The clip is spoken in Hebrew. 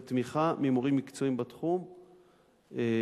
תמיכה ממורים מקצועיים בתחום און-ליין,